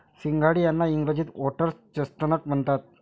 सिंघाडे यांना इंग्रजीत व्होटर्स चेस्टनट म्हणतात